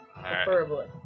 preferably